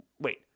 Wait